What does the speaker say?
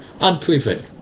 unproven